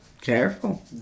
Careful